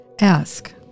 Ask